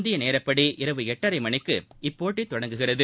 இந்திய நேரப்படி இரவு எட்டரை மணிக்கு இப்போட்டி தொடங்குகிறது